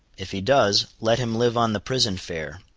if he does, let him live on the prison fare,